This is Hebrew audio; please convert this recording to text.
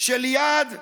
של איאד אלחלאק,